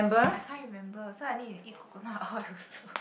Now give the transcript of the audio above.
I can't remember so I need to eat coconut oil also